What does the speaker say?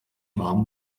warm